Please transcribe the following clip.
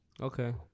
Okay